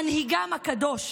מנהיגם הקדוש.